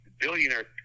billionaire